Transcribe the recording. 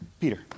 Peter